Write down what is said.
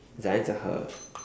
Zion's a her